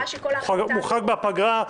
מוחרג בפגרה.